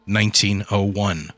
1901